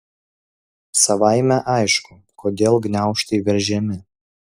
savaime aišku kodėl gniaužtai veržiami